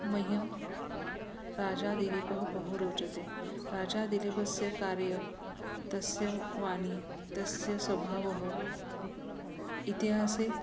मह्यं राजा दिलीपः बहु रोचते राजादिलीपस्य कार्यं तस्य वाणी तस्य स्वभावः इतिहासे